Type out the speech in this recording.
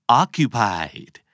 occupied